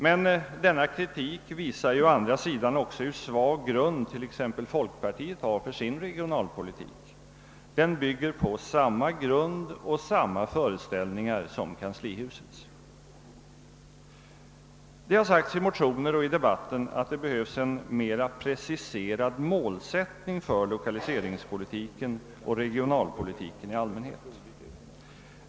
Men denna kritik visar å andra sidan hur svag grund t.ex. folkpartiet har för sin regionalpolitik. Den bygger på samma grund och samma föreställningar som kanslihusets. Det har sagts i motioner och i debatten att det behövs en mera preciserad målsättning för lokaliseringspolitiken och regionalpolitiken i allmänhet.